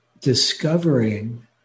discovering